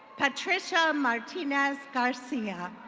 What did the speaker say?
patricia martinez garcia.